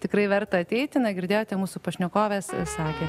tikrai verta ateiti na girdėjote mūsų pašnekovės sakė